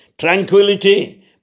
Tranquility